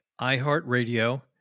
iHeartRadio